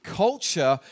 culture